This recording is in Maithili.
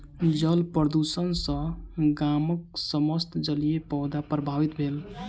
जल प्रदुषण सॅ गामक समस्त जलीय पौधा प्रभावित भेल